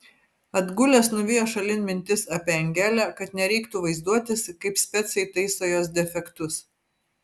atgulęs nuvijo šalin mintis apie angelę kad nereiktų vaizduotis kaip specai taiso jos defektus